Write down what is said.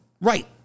Right